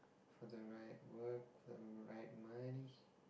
for the right work for the right monies